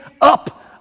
up